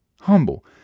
humble